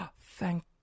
thank